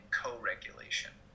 co-regulation